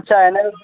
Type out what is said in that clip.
अच्छा इन जो